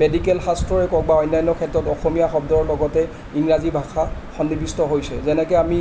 medical শাস্ত্ৰই কওক বা অন্যান্য ক্ষেত্ৰত অসমীয়া শব্দৰ লগতে ইংৰাজী ভাষা সন্নিৱিষ্ট হৈছে যেনেকৈ আমি